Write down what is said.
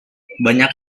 banyak